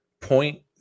point